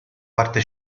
parte